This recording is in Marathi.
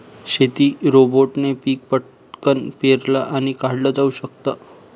शेती रोबोटने पिक पटकन पेरलं आणि काढल जाऊ शकत